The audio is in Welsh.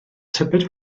tybed